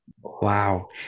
Wow